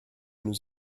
nous